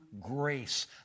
grace